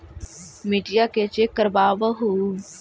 मिट्टीया के चेक करबाबहू?